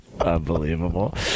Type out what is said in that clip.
Unbelievable